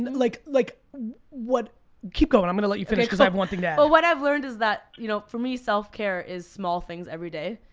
like like what keep going, i'm gonna let you finish cause i have one thing to add. well what i've learned is that you know for me self care is small things every day.